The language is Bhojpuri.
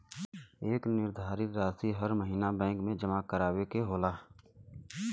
एक निर्धारित रासी हर महीना बैंक मे जमा करावे के होला